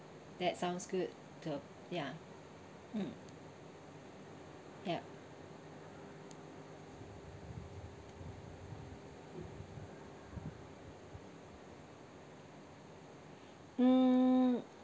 that's sound good to uh ya mm ya mm